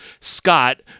Scott